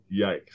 yikes